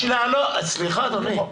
סליחה, אדוני.